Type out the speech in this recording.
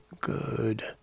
good